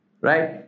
right